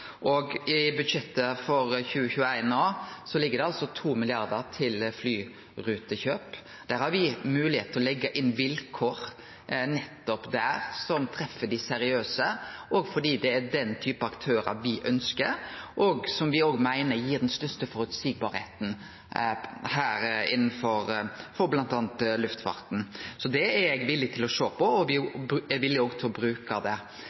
I budsjettet for 2021 ligg det 2 mrd. kr til flyrutekjøp. Der har me moglegheit til å leggje inn vilkår som treffer dei seriøse, òg fordi det er den type aktørar me ønskjer, og som me meiner gjer luftfarten mest føreseieleg. Det er eg villig til å sjå på, og me er òg villige til å bruke det.